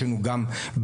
יש לנו גם במחוזות,